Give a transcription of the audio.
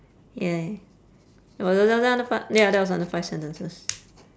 !yay! was it u~ under fi~ ya that was under five sentences